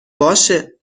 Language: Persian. باشه